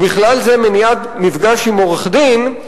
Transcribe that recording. ובכלל זה מניעת מפגש עם עורך-דין,